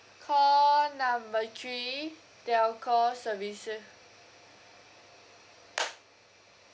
call number three telco services